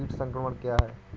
कीट संक्रमण क्या है?